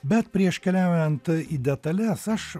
bet prieš keliaujant į detales aš